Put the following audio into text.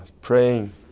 praying